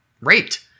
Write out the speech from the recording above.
raped